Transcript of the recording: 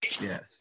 Yes